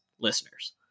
listeners